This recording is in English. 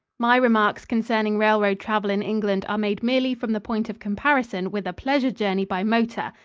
my remarks concerning railroad travel in england are made merely from the point of comparison with a pleasure journey by motor,